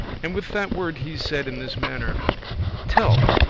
and with that word he said in this mannere telle,